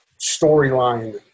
storyline